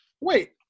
Wait